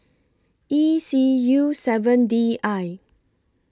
E C U seven D I